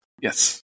yes